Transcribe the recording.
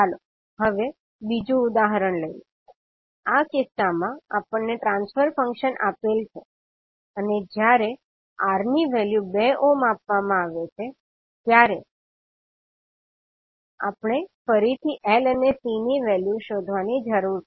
ચાલો હવે બીજું ઉદાહરણ લઈએ આ કિસ્સામાં આપણને ટ્રાંસ્ફર ફંક્શન આપેલ છે અને જ્યારે R ની વેલ્યુ 2 ઓહ્મ આપવામાં આવે છે ત્યારે આપણે ફરીથી L અને C નું વેલ્યુ શોધવાની જરૂર છે